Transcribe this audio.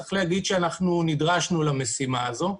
צריך להגיד שאנחנו נדרשנו למשימה הזאת.